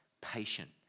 patient